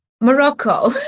Morocco